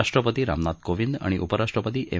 राष्ट्रपती रामनाथ कोविंद आणि उपराष्ट्रपती एम